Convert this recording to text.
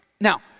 now